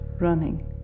running